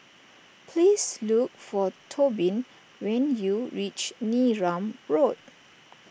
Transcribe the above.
please look for Tobin when you reach Neram Road